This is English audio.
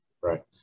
right